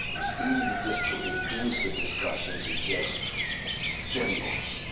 it's easy just to reduce a discussion to just symbols.